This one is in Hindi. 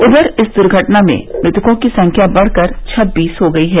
उधर इस दुर्घटना में मृतकों की संख्या बढ़कर छब्बीस हो गई है